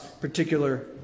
particular